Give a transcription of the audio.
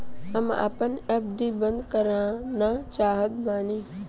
हम आपन एफ.डी बंद करना चाहत बानी